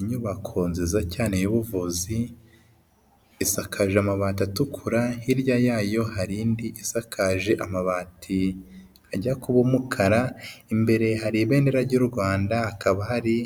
Inyubako nziza cyane y'ubuvuzi, isakaje amabati atukura, hirya yayo hari indi isakaje amabati ajya kuba umukara, imbere hari ibendera ry'u Rwanda, hakaba hari